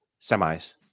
semis